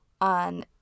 on